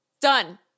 Done